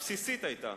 הבסיסית היתה